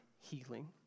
healing